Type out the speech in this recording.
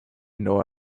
nor